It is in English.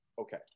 okay